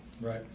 Right